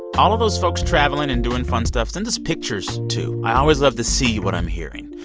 all of those folks traveling and doing fun stuff, send us pictures, too. i always love to see what i'm hearing.